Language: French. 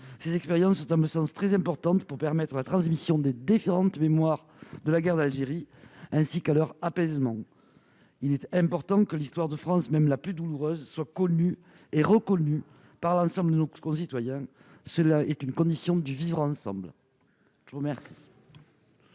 Ces expériences sont à mon sens très importantes pour permettre la transmission des différentes mémoires de la guerre d'Algérie, ainsi que leur apaisement. Il faut que l'histoire de France, même la plus douloureuse, soit connue et reconnue par l'ensemble de nos concitoyens. C'est une condition du vivre-ensemble. La parole